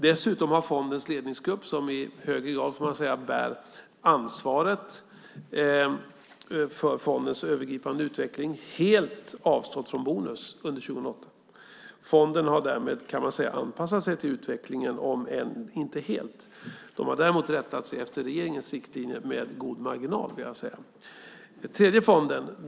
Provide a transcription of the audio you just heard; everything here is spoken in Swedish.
Dessutom har fondens ledningsgrupp, som man i högre grad får säga bär ansvaret för fondens övergripande utveckling, helt avstått från bonus under 2008. Fonden har därmed, kan man säga, anpassat sig till utvecklingen, om än inte helt. De har däremot rättat sig efter regeringens riktlinjer med god marginal, vill jag säga.